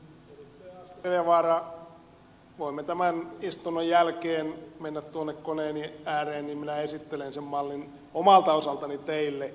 asko seljavaara voimme tämän istunnon jälkeen mennä tuonne koneeni ääreen niin minä esittelen sen mallin omalta osaltani teille